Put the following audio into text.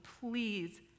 please